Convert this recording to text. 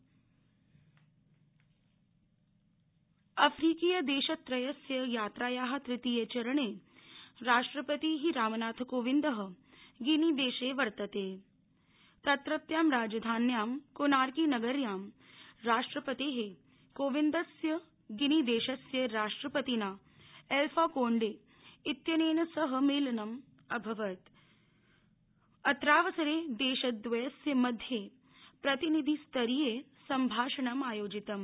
कोविंद अफ्रीकीय देशत्रयस्य यात्रायाः तृतीये चरणे राष्ट्रपतिः रामनाथकोविंदः गिनी देशे वर्तते तत्रत्यां राजधान्यां कोनार्की नगयां राष्ट्रपतेः कोविंदस्य गिनी देशस्य राष्ट्रपतिना एल्फा कोंडे इत्यनेन सह मेलनम् अभवत् अत्रावसरे देशद्रयस्य मध्ये प्रतिनिधि स्तरीये सम्भाषणम् आयोजितम्